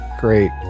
great